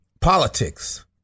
politics